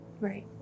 Right